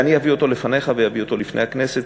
ואני אביא אותו לפניך ואביא אותו לפני הכנסת,